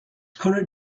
current